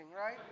right